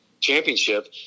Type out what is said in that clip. championship